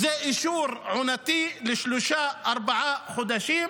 זה אישור עונתי לשלושה-ארבעה חודשים,